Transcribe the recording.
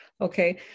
okay